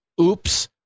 oops